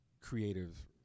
creative